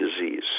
disease